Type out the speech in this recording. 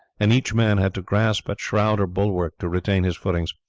and each man had to grasp at shroud or bulwark to retain his footing.